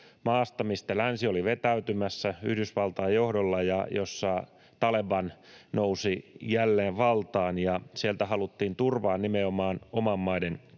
maasta, mistä länsi oli vetäytymässä Yhdysvaltain johdolla ja missä Taleban nousi jälleen valtaan. Sieltä haluttiin turvaan nimenomaan omien maiden kansalaisia.